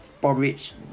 porridge